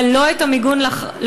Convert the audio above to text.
אבל לא את המיגון לחקלאות.